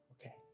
Okay